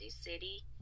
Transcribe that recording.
city